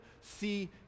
see